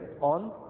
on